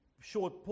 short